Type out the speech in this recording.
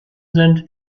sind